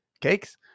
cakes